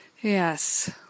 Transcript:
Yes